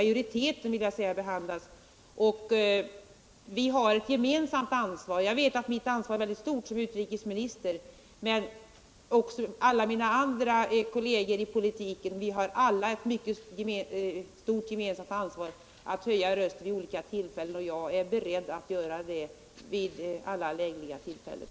Jag vet att jag som utrikesminister har ett mycket stort ansvar, men alla kolleger har också ett mycket stort ansvar då det gäller att höja rösten vid olika tillfällen. Jag är för min del beredd att göra detta vid alla lämpliga tillfällen.